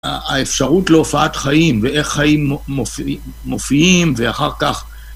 האפשרות להופעת חיים ואיך חיים מופיעים ואחר כך